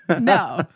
No